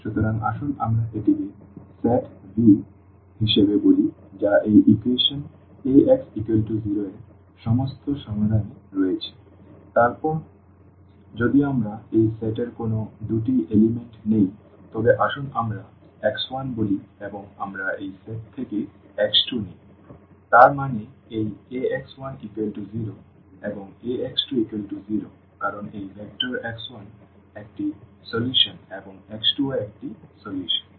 সুতরাং আসুন আমরা এটিকে সেট V হিসাবে বলি যা এই ইকুয়েশন Ax0 এর সমস্ত সমাধান এ রয়েছে তারপর যদি আমরা এই সেট এর কোনও দুটি উপাদান নেই তবে আসুন আমরা x1 বলি এবং আমরা এই সেট থেকে x2 নেই তার মানে এই Ax10 এবং Ax20 কারণ এই ভেক্টর x1 একটি সমাধান এবং x2 ও একটি সমাধান